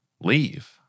leave